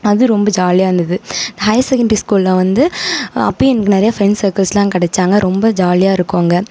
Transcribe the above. அது ரொம்ப ஜாலியாக இருந்தது இந்த ஹையர் செகண்டரி ஸ்கூலில் வந்து அப்பயும் எனக்கு நிறையா ஃப்ரெண்ட்ஸ் சர்க்கிள்ஸ்ஸெல்லாம் கிடைச்சாங்க ரொம்ப ஜாலியாக இருக்கும் அங்கே